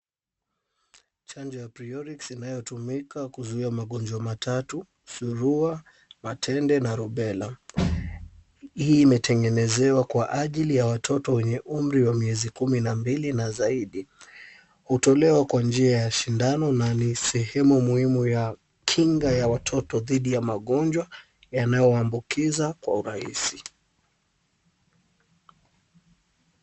Chanjo ya prophylaxis inayotumika kuzuia magonjwa matatu kama vile Surua, Matende na Rubela. Hii imetengenezewq kwa ajili ya watoto wenye umri wa miezi 12 na zaidi. Hutolewa kwa njia ya sindano na ni sehemu muhimu ya kinga ya watoto dhidhi ya magonjwa yanayowaambukiza kwa urahisi.